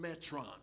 metron